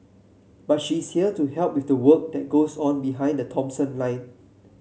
but she's here to help with the work that goes on behind the Thomson line